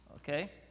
Okay